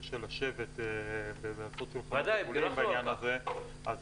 של לשבת ולעשות שולחנות עגולים בעניין הזה -- ודאי,